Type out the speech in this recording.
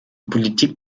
politik